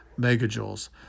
megajoules